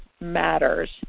matters